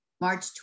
March